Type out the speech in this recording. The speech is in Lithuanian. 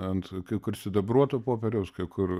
ant kai kur sidabruoto popieriaus kai kur